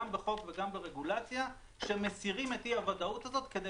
גם בחוק וגם ברגולציה שמסירים את הוודאות הזאת כדי